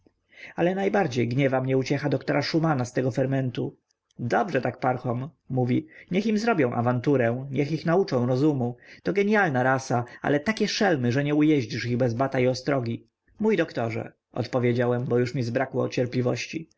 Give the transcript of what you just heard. ale najbardziej gniewa mnie uciecha doktora szumana z tego fermentu dobrze tak parchom mówi niech im zrobią awanturę niech ich nauczą rozumu to genialna rasa ale takie szelmy że nie ujeździsz ich bez bata i ostrogi mój doktorze odpowiedziałem bo już mi zbrakło cierpliwości